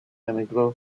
emigró